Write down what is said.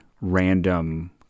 random